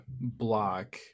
block